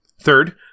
Third